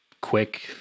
quick